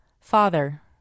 Father